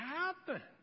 happen